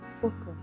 focus